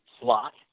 slot